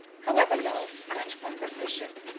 however low. but from the bishop!